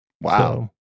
Wow